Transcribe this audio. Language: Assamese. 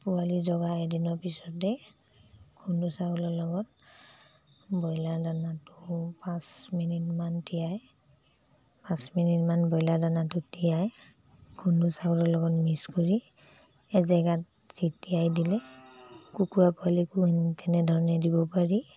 পোৱালি জগা এদিনৰ পিছতে খুন্দু চাউলৰ লগত ব্ৰইলাৰ দানাটো পাঁচ মিনিটমান তিয়াই পাঁচ মিনিটমান ব্ৰইলাৰ দানাটো তিয়াই খুন্দু চাউলৰ লগত মিক্স কৰি এজেগাত ছিটিয়াই দিলে কুকুৰা পোৱালিকো তেনেধৰণে দিব পাৰি